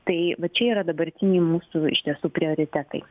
tai čia yra dabartiniai mūsų iš tiesų prioritetai